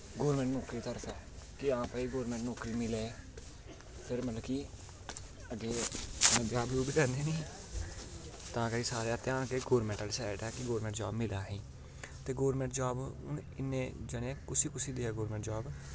government नौकरी तरफ ऐ के हां भाई गौरमैंट नौकरी मिलै जेह्ड़ा मतलव कि अग्गैं जाइयै ब्याह् ब्यूह् बी करने नी तां करियै सारें दा ध्यान गौरमैंट आह्ली सैड ऐ कि गौरमैंट जॉव मिलै असें ते गौरमैंट जॉब हून इन्ने जने कुसी कुसी देऐ गौरमैंट जॉब